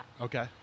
Okay